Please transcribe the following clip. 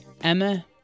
Emma